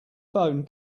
phone